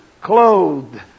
clothed